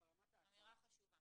אמירה חשובה.